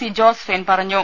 C Josephine പറഞ്ഞു